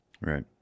Right